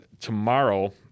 tomorrow